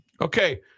okay